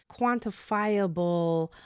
quantifiable